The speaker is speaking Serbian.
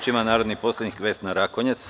Reč ima narodni poslanik Vesna Rakonjac.